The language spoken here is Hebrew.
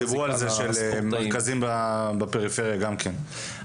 דיברו על זה ועל המרכזים בפריפריה גם כן.